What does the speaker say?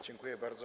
Dziękuję bardzo.